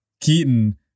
keaton